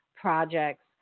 projects